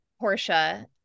Portia